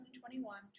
2021